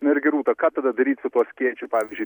na ir gerūta ką tada daryt su tuo skėčiu pavyzdžiui